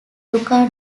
luca